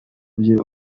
bye